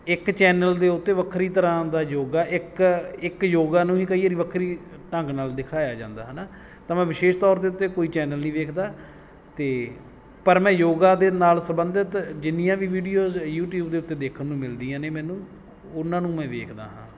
ਇਕ ਚੈਨਲ ਦੇ ਉੱਤੇ ਵੱਖਰੀ ਤਰ੍ਹਾਂ ਦਾ ਯੋਗਾ ਇੱਕ ਇੱਕ ਯੋਗਾ ਨੂੰ ਵੀ ਕਈ ਵਾਰ ਵੱਖਰੀ ਢੰਗ ਨਾਲ ਦਿਖਾਇਆ ਜਾਂਦਾ ਹੈ ਨਾ ਤਾਂ ਮੈਂ ਵਿਸ਼ੇਸ਼ ਤੌਰ ਦੇ ਉੱਤੇ ਕੋਈ ਚੈਨਲ ਨਹੀਂ ਵੇਖਦਾ ਅਤੇ ਪਰ ਮੈਂ ਯੋਗਾ ਦੇ ਨਾਲ ਸੰਬੰਧਿਤ ਜਿੰਨੀਆਂ ਵੀ ਵੀਡੀਓਜ਼ ਯੂਟਿਊਬ ਦੇ ਉੱਤੇ ਦੇਖਣ ਨੂੰ ਮਿਲਦੀਆਂ ਨੇ ਮੈਨੂੰ ਉਹਨਾਂ ਨੂੰ ਮੈਂ ਵੇਖਦਾ ਹਾਂ